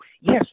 yes